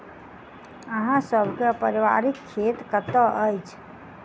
अहाँ सब के पारिवारिक खेत कतौ अछि?